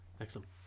Excellent